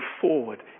forward